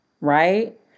Right